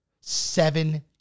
Seven